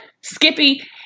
Skippy